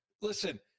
Listen